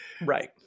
right